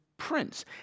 prince